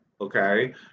Okay